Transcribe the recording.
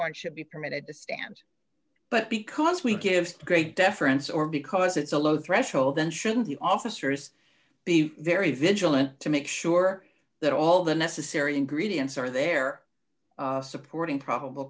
warrant should be permitted to stand but because we give great deference or because it's a low threshold then shouldn't the officers be very vigilant to make sure that all the necessary ingredients are there supporting probable